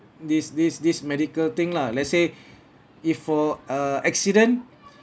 this this this medical thing lah let's say if for uh accident